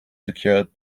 secured